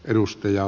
edustaja